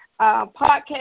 podcast